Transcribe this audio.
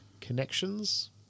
connections